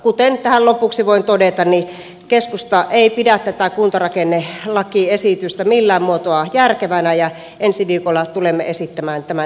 kuten tähän lopuksi voin todeta niin keskusta ei pidä tätä kuntarakennelakiesitystä millään muotoa järkevänä ja ensi viikolla tulemme esittämään tämän hylkäämistä